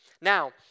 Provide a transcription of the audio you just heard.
Now